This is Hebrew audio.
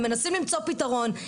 הם מנסים למצוא פתרון.